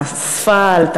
האספלט,